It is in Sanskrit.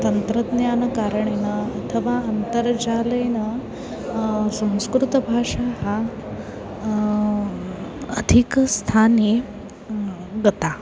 तन्त्रज्ञानकारणेन अथवा अन्तर्जालेन संस्कृतभाषा अधिकस्थाने गता